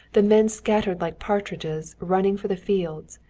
the men scattered like partridges, running for the fields,